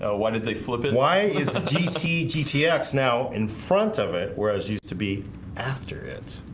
ah why did they flip it? why is the dc gtx now in front of it whereas used to be after it?